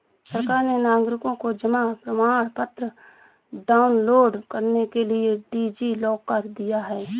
सरकार ने नागरिकों को जमा प्रमाण पत्र डाउनलोड करने के लिए डी.जी लॉकर दिया है